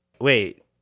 Wait